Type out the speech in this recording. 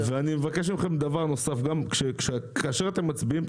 אני מבקש מכם גם דבר נוסף כאשר אתם מצביעים.